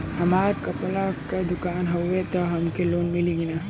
हमार कपड़ा क दुकान हउवे त हमके लोन मिली का?